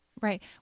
right